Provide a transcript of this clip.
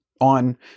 on